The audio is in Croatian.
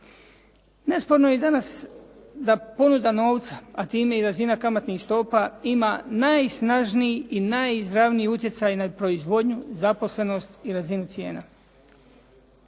Nesporno je da danas ponuda novca, a time i razina kamatnih stopa ima najsnažniji i najizravniji utjecaj na proizvodnju, zaposlenost i razinu cijena.